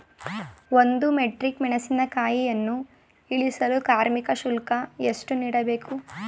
ಒಂದು ಮೆಟ್ರಿಕ್ ಮೆಣಸಿನಕಾಯಿಯನ್ನು ಇಳಿಸಲು ಕಾರ್ಮಿಕ ಶುಲ್ಕ ಎಷ್ಟು ನೀಡಬೇಕು?